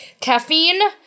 Caffeine